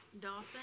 Dawson